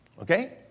Okay